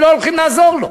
ולא הולכים לעזור לו,